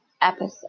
episode